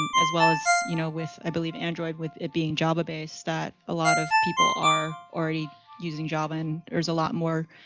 and as well as, you know, with, i believe, android with it being java based that a lot of people are already using java. and there's a lot more